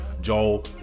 Joel